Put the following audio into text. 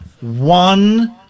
one